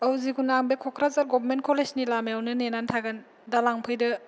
औ जेखुनु आं बे क'क्राझार गभमेन्ट कलेजनि लामायावनो नेनानै थागोन दा लांफैदो